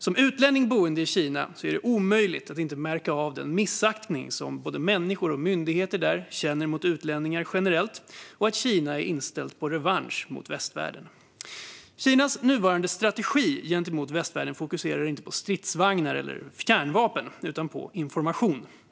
Som utlänning boende i Kina är det omöjligt att inte märka den missaktning som både myndigheter och människor där känner mot utlänningar generellt och att Kina är inställt på revansch mot oss. Kinas nuvarande strategi gentemot västvärlden fokuserar inte på stridsvagnar eller kärnvapen utan på information.